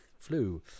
flu